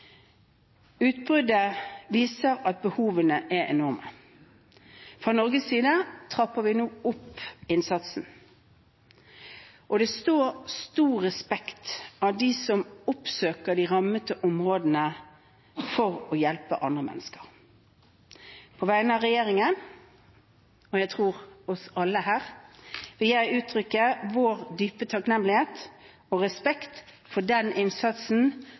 Utbruddet viser at behovene er enorme. Fra Norges side trapper vi nå opp innsatsen. Det står stor respekt av dem som oppsøker de rammede områdene for å hjelpe andre mennesker. På vegne av regjeringen – og jeg tror oss alle her – vil jeg uttrykke vår dype takknemlighet og respekt for den innsatsen